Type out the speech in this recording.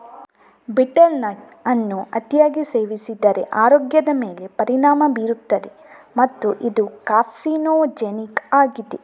betel nut ಅನ್ನು ಅತಿಯಾಗಿ ಸೇವಿಸಿದರೆ ಆರೋಗ್ಯದ ಮೇಲೆ ಪರಿಣಾಮ ಬೀರುತ್ತದೆ ಮತ್ತು ಇದು ಕಾರ್ಸಿನೋಜೆನಿಕ್ ಆಗಿದೆ